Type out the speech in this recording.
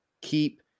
keep